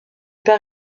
par